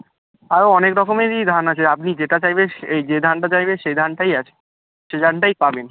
আরও অনেক রকমেরই ধান আছে আপনি যেটা চাইবেন সে এই যে ধানটা চাইবেন সেই ধানটাই আছে সেই ধানটাই পাবেন